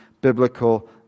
biblical